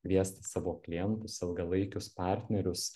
kviesti savo klientus ilgalaikius partnerius